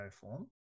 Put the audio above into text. form